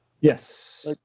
Yes